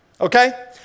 Okay